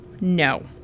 No